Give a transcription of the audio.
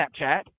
Snapchat